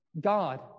God